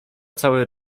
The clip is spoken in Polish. cały